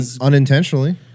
Unintentionally